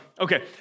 Okay